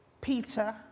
Peter